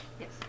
Yes